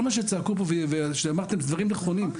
כל מה שצעקו פה ואמרתם דברים נכונים,